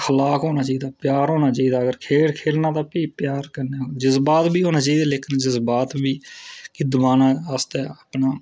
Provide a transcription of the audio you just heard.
थवाक होना चाहिदा प्यार होना चाहिदा अगर खेल खे'ल्लना तां भी प्यार करना जज़्बात बी होना चाहिदा लेकिन जज्बात बी गी दबाने आस्तै अपना